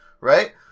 right